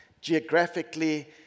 geographically